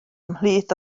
ymhlith